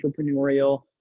entrepreneurial